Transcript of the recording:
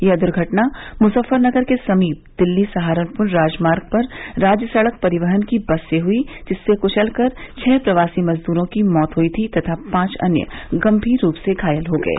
यह दुर्घटना मुजफ्फरनगर के समीप दिल्ली सहारनपुर राजमार्ग पर राज्य सड़क परिवहन की बस से हुई जिससे कुचल कर छह प्रवासी मजदूरों की मौत हुई थी तथा पांच अन्य गंभीर रूप से घायल हो गये